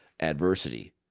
adversity